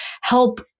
help